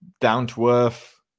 down-to-earth